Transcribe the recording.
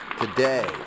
Today